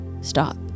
stop